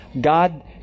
God